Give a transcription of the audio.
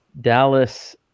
Dallas